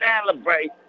celebrate